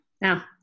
Now